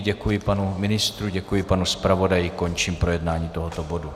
Děkuji panu ministru, děkuji panu zpravodaji, končím projednání tohoto bodu.